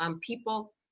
people